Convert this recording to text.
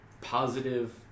positive